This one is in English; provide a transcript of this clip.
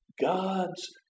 God's